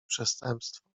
przestępstwo